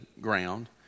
ground